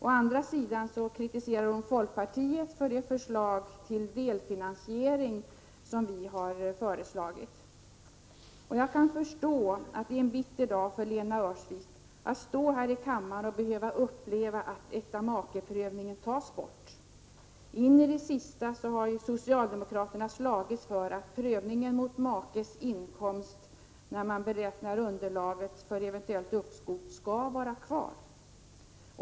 Å andra sidan kritiserar hon folkpartiet för vårt förslag till delfinansiering. Jag kan förstå att det är en bitter dag för Lena Öhrsvik när hon måste stå här i kammaren och behöva uppleva att äktamakeprövningen tas bort. In i det sista har ju socialdemokraterna slagits för att prövningen mot makes inkomst när man beräknar underlaget för eventuellt uppskov skall vara kvar.